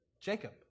Jacob